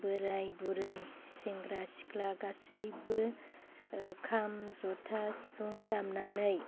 बोराय बुरै सेंग्रा सिख्ला गासैबो खाम जथा सिफुं दामनानै